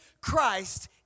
Christ